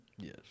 Yes